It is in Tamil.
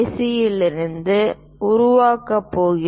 யில் இருந்து உருவாக்கப் போகிறோம்